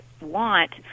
want